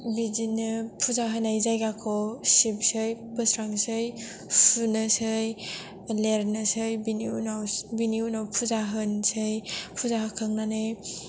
बिदिनो फुजा होनाय जायगाखौ सिबसै फोस्रांसै सुनोसै लिरनोसै बेनि उनाव फुजा होनोसै फुजा होखांनानै